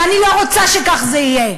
ואני לא רוצה שכך זה יהיה.